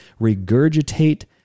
regurgitate